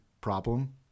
problem